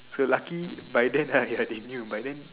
so lucky by then I I they knew by then